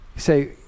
say